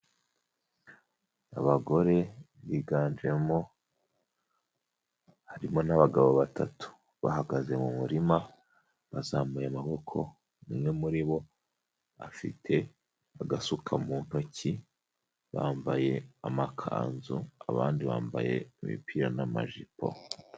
Abagore biganjemo harimo n'abagabo batatu, bahagaze mu murima, bazamuye amaboko umwe muri bo afite agasuka mu ntoki, bambaye amakanzu abandi bambaye imipira n'amajipo